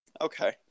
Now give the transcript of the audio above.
Okay